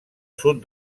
sud